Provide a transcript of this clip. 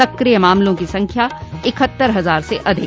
सक्रिय मामलों की संख्या इकहत्तर हजार से अधिक